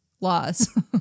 laws